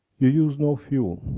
you use no fuel,